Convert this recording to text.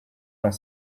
dans